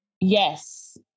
Yes